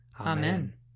Amen